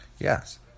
Yes